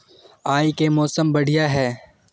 आय के मौसम बढ़िया है?